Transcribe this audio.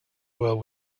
world